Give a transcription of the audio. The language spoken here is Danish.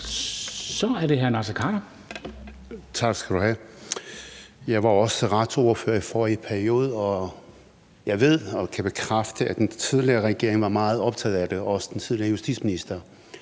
Naser Khader (KF): Tak skal du have. Jeg var også retsordfører i forrige periode, og jeg ved og kan bekræfte, at den tidligere regering var meget optaget af det, også den tidligere justitsminister,